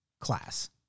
class